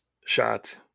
shot